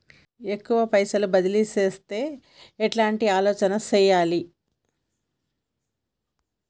ఎక్కువ పైసలు బదిలీ చేత్తే ఎట్లాంటి ఆలోచన సేయాలి?